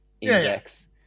index